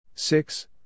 Six